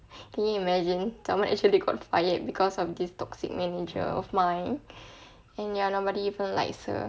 can you imagine someone actually got fired because of this toxic manager of mine and ya nobody even likes her